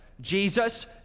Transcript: Jesus